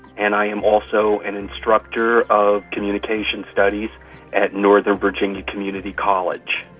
and i am also an instructor of communication studies at northern virginia community college.